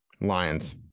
Lions